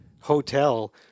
hotel